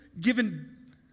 given